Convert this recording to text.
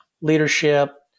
leadership